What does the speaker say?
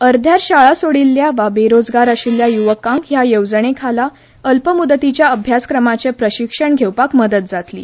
अर्ध्यार शाळा सोडिल्ल्या वा बेरोजगार आशिल्ल्या यूवकांक हया येवजणेखाला अल्प मूदतीच्या अभ्यासक्रमाचे प्रशिक्षण घेवपाक मदत जातली